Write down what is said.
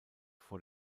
vor